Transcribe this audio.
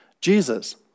Jesus